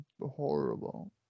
horrible